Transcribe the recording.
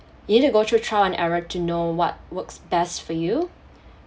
you need to go through trial and error to know what works best for you